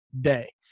day